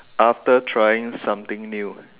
after trying something new